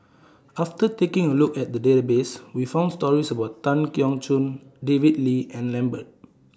after taking A Look At The Database We found stories about Tan Keong Choon David Lee and Lambert